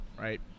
Right